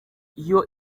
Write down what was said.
iyo